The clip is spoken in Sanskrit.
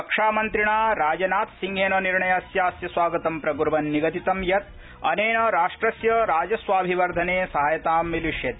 रक्षामन्त्रिणा राजनाथसिंहेन निर्णस्यास्य स्वागतं प्रक्वन् निगदितं यत् अनेन राष्ट्रस्य राजस्वाभिवर्धने सहायतां मिलिष्यति